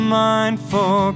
mindful